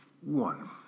One